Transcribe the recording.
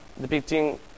Depicting